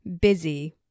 busy